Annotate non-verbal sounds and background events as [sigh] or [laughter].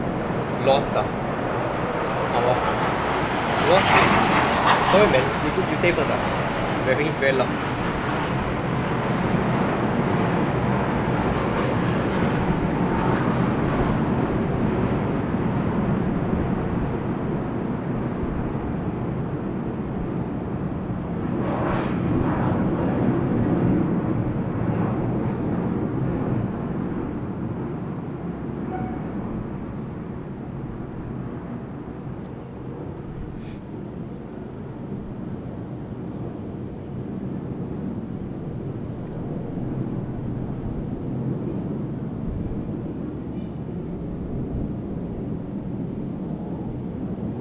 lost lah I was was sorry man we please don't say first ah airplane very loud [noise]